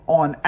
on